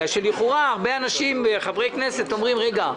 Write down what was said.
בגלל שלכאורה הרבה חברי כנסת אומרים: רגע,